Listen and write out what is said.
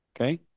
Okay